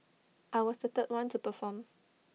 I was the third one to perform